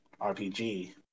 RPG